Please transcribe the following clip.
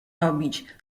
robić